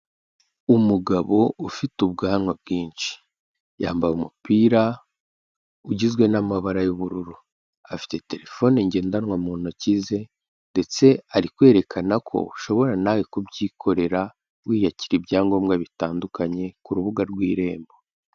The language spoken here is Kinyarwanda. Umugabo ufite ubwanwa bwinshi, yambaye umupira ugizwe n'amabara y'ubururu, afite telefone ngendanwa mu ntoki ze ndetse ari kwerekana ko ushobora nawe kubyikorera wiyakira ibyangombwa bitandukanye ku rubuga rw'irembo.